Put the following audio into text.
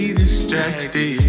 distracted